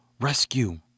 rescue